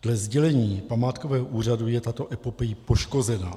Dle sdělení památkového úřadu je tato epopej poškozena.